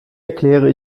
erkläre